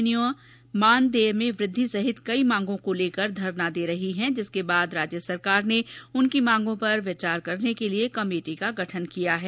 गौरतलव है कि आशा सहयोगिनियां मानदेय में वृद्धि सहित कई मांगों को लेकर धरना दे रही हैं जिसके बाद राज्य सरकार ने उनकी मांगों पर विचार करने के लिए कमेटी का गठन कर दिया है